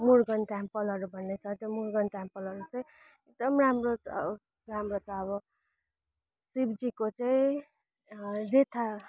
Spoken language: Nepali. मुरुगन टेम्पलहरू भन्ने छ त्यो मुरुगन टेम्पलहरू चाहिँ एकदम राम्रो छ हो राम्रो छ अब शिवजीको चाहिँ जेठा